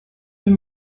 deux